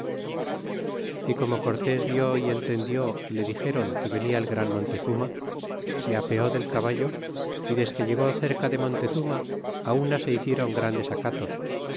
e como cortés yió y entendió y le dixéron que venia el gran montezuma se apeó lel caballo y desque llegó cerca de montezuma una se hicieron grandes acatos